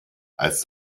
als